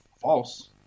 false